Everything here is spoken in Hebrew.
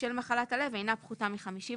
בשל מחלת הלב אינה פחותה מ-50%.